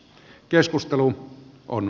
keskustelu on